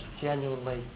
genuinely